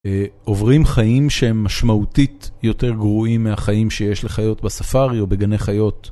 עוברים חיים שהם משמעותית יותר גרועים מהחיים שיש לחיות בספרי או בגני חיות.